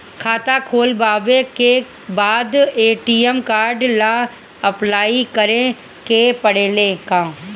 खाता खोलबाबे के बाद ए.टी.एम कार्ड ला अपलाई करे के पड़ेले का?